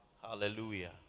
Hallelujah